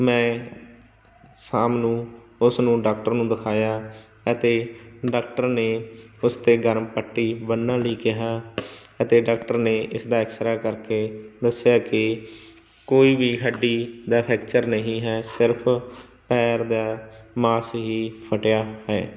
ਮੈਂ ਸ਼ਾਮ ਨੂੰ ਉਸ ਨੂੰ ਡਾਕਟਰ ਨੂੰ ਦਿਖਾਇਆ ਅਤੇ ਡਾਕਟਰ ਨੇ ਉਸ 'ਤੇ ਗਰਮ ਪੱਟੀ ਬੰਨ੍ਹਣ ਲਈ ਕਿਹਾ ਅਤੇ ਡਾਕਟਰ ਨੇ ਇਸ ਦਾ ਐਕਸਰਾ ਕਰਕੇ ਦੱਸਿਆ ਕਿ ਕੋਈ ਵੀ ਹੱਡੀ ਦਾ ਫੈਕਚਰ ਨਹੀਂ ਹੈ ਸਿਰਫ ਪੈਰ ਦਾ ਮਾਸ ਹੀ ਫਟਿਆ ਹੈ